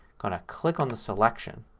kind of click on the selection